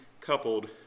coupled